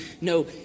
No